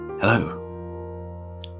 Hello